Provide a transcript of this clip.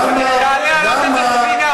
למה, אתה מתגעגע, של הספינה.